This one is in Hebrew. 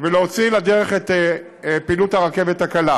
ולהוציא לדרך את פעילות הרכבת הקלה,